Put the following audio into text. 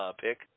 Pick